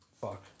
Fuck